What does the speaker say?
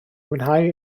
fwynhau